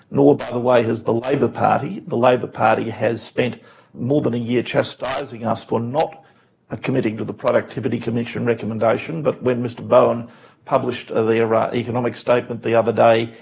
nor by but the way has the labor party. the labor party has spent more than a year chastising us for not committing to the productivity commission recommendation, but when mr bowen published their ah economic statement the other day,